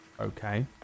Okay